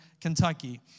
Kentucky